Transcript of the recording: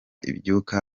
ibyuka